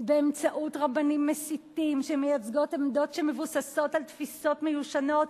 באמצעות רבנים מסיתים שמייצגים עמדות שמבוססות על תפיסות מיושנות,